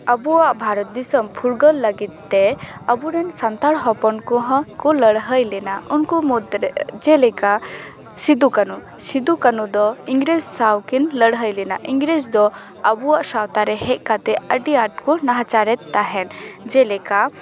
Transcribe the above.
ᱟᱵᱚᱣᱟᱜ ᱵᱷᱟᱨᱚᱛ ᱫᱤᱥᱚᱢ ᱯᱷᱩᱨᱜᱟᱹᱞ ᱞᱟᱹᱜᱤᱫ ᱛᱮ ᱟᱵᱚᱨᱮᱱ ᱥᱟᱱᱛᱟᱲ ᱦᱚᱯᱚᱱ ᱠᱚᱦᱚᱸ ᱠᱚ ᱞᱟᱹᱲᱦᱟᱹᱭ ᱞᱮᱱᱟ ᱩᱱᱠᱩ ᱢᱩᱫᱽᱨᱮ ᱡᱮᱞᱮᱠᱟ ᱥᱤᱫᱩ ᱠᱟᱹᱱᱩ ᱥᱤᱫᱩ ᱠᱟᱹᱱᱩ ᱫᱚ ᱤᱝᱨᱮᱡᱽ ᱥᱟᱶ ᱠᱤᱱ ᱞᱟᱹᱲᱦᱟᱹᱭ ᱞᱮᱱᱟ ᱤᱝᱨᱮᱡᱽ ᱫᱚ ᱟᱵᱚᱣᱟᱜ ᱥᱟᱶᱛᱟᱨᱮ ᱦᱮᱡ ᱠᱟᱛᱮᱫ ᱟᱹᱰᱤ ᱟᱸᱴ ᱠᱚ ᱱᱟᱦᱟᱪᱟᱨᱮᱫ ᱛᱟᱦᱮᱸᱫ ᱡᱮᱞᱮᱠᱟ